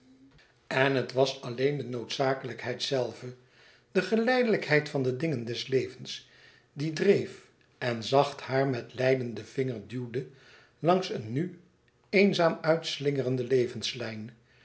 en het was alleen de noodzakelijkheid zelve de geleidelijkheid van de dingen des levens die dreef en zacht haar met leidenden vinger duwde langs eene nu eenzaam uitslingerende levenslijn